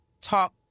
talk